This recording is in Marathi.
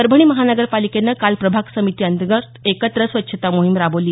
परभणी महानगरपालिकेनं काल प्रभाग समिती अंतर्गत एकत्र स्वच्छता मोहीम राबवली